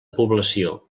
població